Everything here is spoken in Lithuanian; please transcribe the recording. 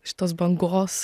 šitos bangos